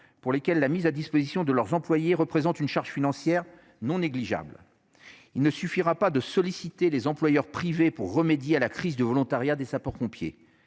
pour lesquelles la mise à disposition de leurs employés représente une charge financière non négligeable. Il ne suffira pas de solliciter les employeurs privés pour remédier à la crise du volontariat des sapeurs-pompiers.